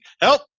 Help